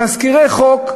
תזכירי חוק,